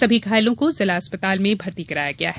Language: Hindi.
सभी घायलों को जिला चिकित्सालय में भर्ती कराया गया है